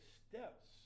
steps